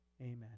amen